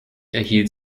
erhielt